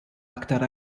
aktar